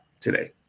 today